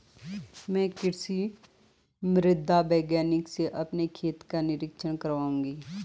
मैं कृषि मृदा वैज्ञानिक से अपने खेत का निरीक्षण कराऊंगा